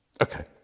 Okay